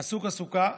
עסוק/עסוקה.